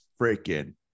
freaking